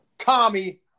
Tommy